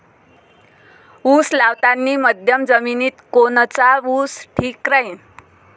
उस लावतानी मध्यम जमिनीत कोनचा ऊस ठीक राहीन?